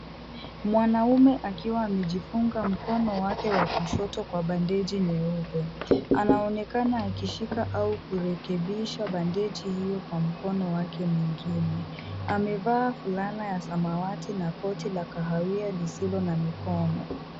Mwanaume akiwa amejifunga mkono wake wa kushoto kwa bandeji nyeupe. Anaonekana akishika au kurekebisha bendeji hiyo kwa mkono wake mwingine. Amevaa fulana ya samawati na koti la kahawia lisilo na mikono.